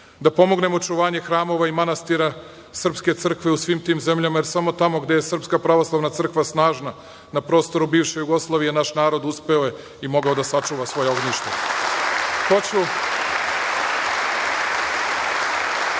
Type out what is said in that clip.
Da pomognem očuvanje hramova i manastira srpske crkve u svim tim zemljama, jer samo tamo gde je Srpska pravoslavna crkva snažna na prostoru bivše Jugoslavije, naš narod uspeo je i mogao da sačuva svoja ognjišta. Hoću